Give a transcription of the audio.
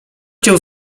cię